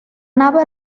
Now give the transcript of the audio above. nave